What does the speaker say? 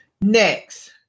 Next